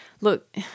look